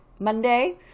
Monday